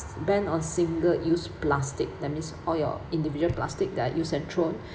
ban on single use plastic that means all your individual plastic that are used and thrown